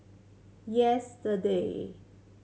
yesterday